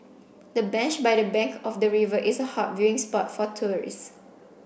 the bench by the bank of the river is a hot viewing spot for tourists